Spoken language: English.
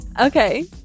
Okay